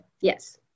yes